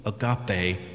agape